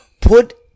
put